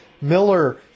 Miller